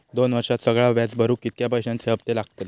दोन वर्षात सगळा व्याज भरुक कितक्या पैश्यांचे हप्ते लागतले?